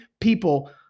people